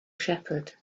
shepherd